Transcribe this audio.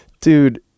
dude